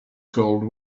cold